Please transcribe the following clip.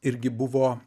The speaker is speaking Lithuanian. irgi buvo